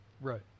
Right